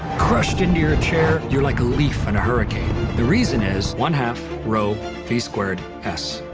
crushed into your chair you're like a leaf in a hurricane. the reason is one half rho v squared s.